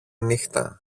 νύχτα